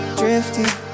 drifting